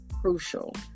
Crucial